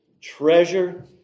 treasure